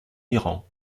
iran